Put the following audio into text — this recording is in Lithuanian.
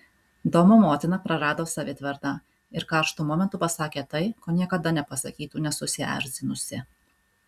domo motina prarado savitvardą ir karštu momentu pasakė tai ko niekada nepasakytų nesusierzinusi